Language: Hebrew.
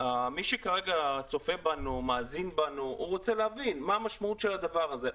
מי שכרגע צופה בנו ומאזין לנו רוצה להבין מה המשמעות של הדבר הזה.